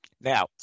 Now